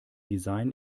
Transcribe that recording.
design